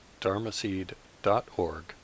dharmaseed.org